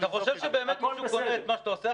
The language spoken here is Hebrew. אתה חושב שבאמת מישהו קונה את מה שאתה עושה עכשיו?